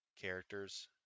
characters